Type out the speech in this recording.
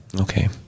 Okay